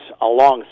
alongside